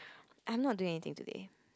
I'm not doing anything today